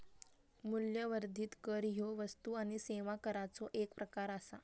मूल्यवर्धित कर ह्यो वस्तू आणि सेवा कराचो एक प्रकार आसा